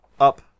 up